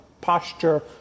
posture